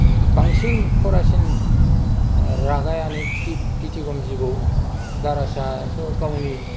बांसिन खरासिन रागायानो फिथिगम जिबौ दारासाथ' गावनि